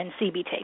CBT